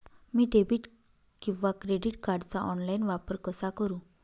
मी debit किंवा credit कार्डचा online वापर कसा करु?